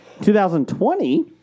2020